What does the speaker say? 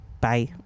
bye